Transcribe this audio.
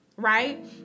right